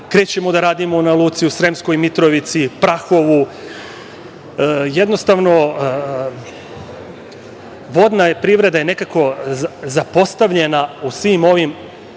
Krećemo da radimo na luci u Sremskoj Mitrovici, Prahovu. Jednostavno, vodna privreda je nekako zapostavljena u svim ovim